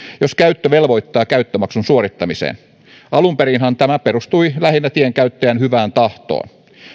jos käyttö velvoittaa käyttömaksun suorittamiseen alun perinhän tämä perustui lähinnä tien käyttäjän hyvään tahtoon